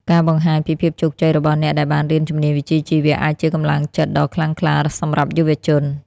ការបង្ហាញពីភាពជោគជ័យរបស់អ្នកដែលបានរៀនជំនាញវិជ្ជាជីវៈ អាចជាកម្លាំងចិត្តដ៏ខ្លាំងក្លាសម្រាប់យុវជន។